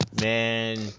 Man